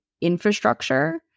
infrastructure